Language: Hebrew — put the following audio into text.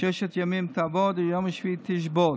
"ששת ימים תעבֹד וביום השביעי תשבֹּות".